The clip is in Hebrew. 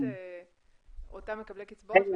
לאתם מקבלי קצבאות,